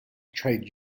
trade